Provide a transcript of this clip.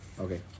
okay